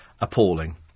appalling